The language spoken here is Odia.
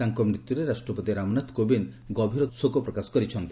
ତାଙ୍କ ମୃତ୍ୟୁରେ ରାଷ୍ଟ୍ରପତି ରାମନାଥ କୋବିନ୍ଦ ଗଭୀର ଶୋକ ପ୍ରକାଶ କରିଛନ୍ତି